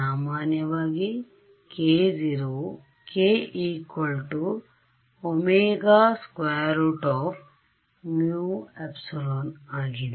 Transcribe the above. ಸಾಮಾನ್ಯವಾಗಿ k0 ವು k ωμε ಆಗಿದೆ